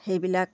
সেইবিলাক